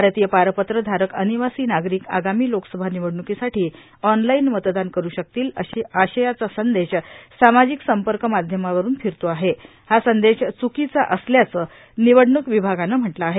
भारतीय पारपत्र धारक अनिवासी नागरिक आगामी लोकसभा निवडणुकीसाठी ऑनलाईन मतदान करून शकतील अशा आशयाचा संदेश सामाजिक संपर्क माध्यमांवरून फिरतो आहे हा संदेश च्कीचा असल्याचं निवडणूक विभागानं म्हटलं आहे